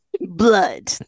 Blood